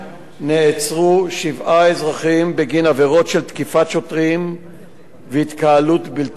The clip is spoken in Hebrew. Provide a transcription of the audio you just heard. נעצרו שבעה אזרחים בגין עבירות של תקיפת שוטרים והתקהלות בלתי חוקית.